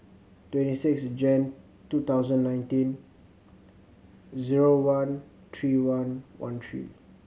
twenty six Jan two thousand nineteen zero one three one one three